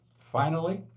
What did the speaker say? finally,